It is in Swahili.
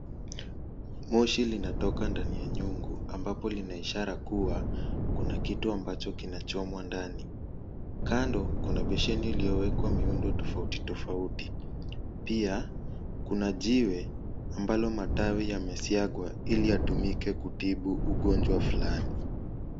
Moshi linatoka ndani ya nyungu ambayo ina ishara kuwa kuna kitu ambacho kinachomwa ndani. Kando kuna besheni iliyowekwa miundo tofauti tofauti. Pia kuna jiwe ambalo matawi yamesiagwa ili yatumike kutibu ugonjwa fulani.